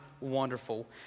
wonderful